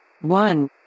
One